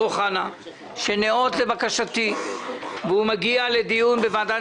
אוחנה שניאות לבקשתי והוא מגיע לדיון בוועדה.